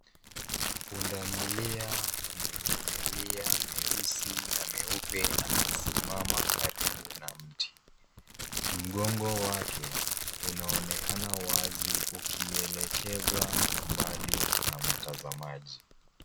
Pundamilia mwenye milia meusi na meupe amesimama karibu na mti. Mgongo wake unaonekana wazi ukielekeza mbali na mtazamaji.